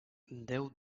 déu